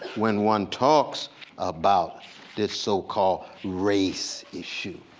when one talks about this so-called race issue.